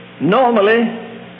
normally